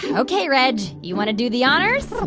and ok, reg, you want to do the honors? oh,